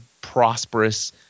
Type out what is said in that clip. prosperous